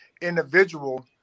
individual